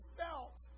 felt